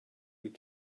wyt